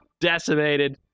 decimated